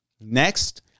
Next